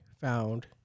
found